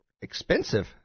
expensive